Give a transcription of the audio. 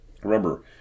Remember